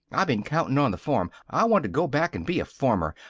i been countin' on the farm. i want to go back and be a farmer.